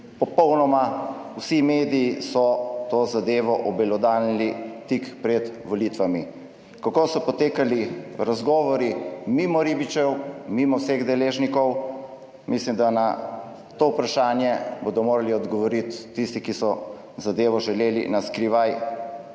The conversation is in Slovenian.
Popolnoma vsi mediji so to zadevo obelodanili tik pred volitvami. Kako so potekali razgovori mimo ribičev, mimo vseh deležnikov? Mislim, da na to vprašanje bodo morali odgovoriti tisti, ki so zadevo želeli na skrivaj